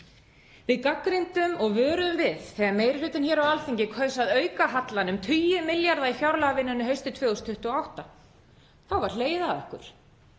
Við gagnrýndum og vöruðum við þegar meirihlutinn hér á Alþingi kaus að auka hallann um tugi milljarða í fjárlagavinnunni haustið 2022. Þá var hlegið að okkur.